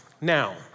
Now